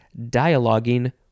dialoguing